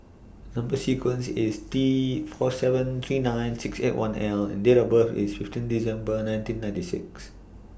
Number sequence IS T four seven three nine six eight one L and Date of birth IS fifteen December nineteen ninety six